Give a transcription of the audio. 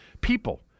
People